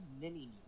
mini